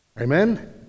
Amen